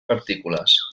partícules